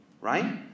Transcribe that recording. right